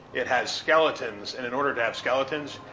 it has skeletons. and in order to have skeletons,